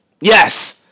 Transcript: Yes